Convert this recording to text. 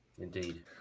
Indeed